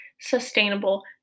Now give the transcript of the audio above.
sustainable